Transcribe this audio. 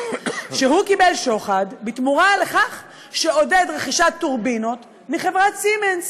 שהוא קיבל שוחד בתמורה לכך שעודד רכישת טורבינות מחברת סימנס.